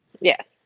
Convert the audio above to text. Yes